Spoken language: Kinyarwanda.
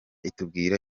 itubwira